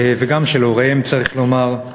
וגם של הוריהם, צריך לומר.